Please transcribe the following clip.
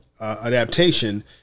adaptation